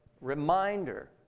reminder